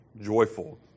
joyful